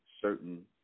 certain